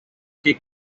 que